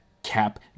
Cap